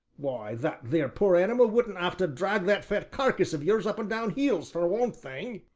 why, that there poor animal wouldn't have to drag that fat carkiss of yours up and down hills, for one thing.